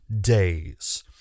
days